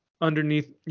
underneath